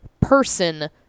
person